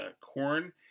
corn